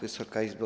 Wysoka Izbo!